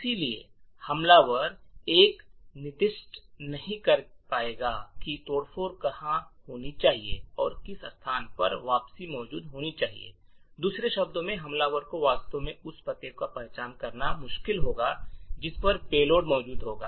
इसलिए हमलावर यह निर्दिष्ट नहीं कर पाएगा कि तोड़फोड़ कहां होनी चाहिए और किस स्थान पर वापसी मौजूद होनी चाहिए दूसरे शब्दों में हमलावर को वास्तव में उस पते की पहचान करना मुश्किल होगा जिस पर पेलोड मौजूद होगा